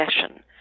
session